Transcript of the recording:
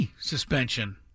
suspension